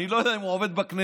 אני לא יודע אם הוא עובד בכנסת,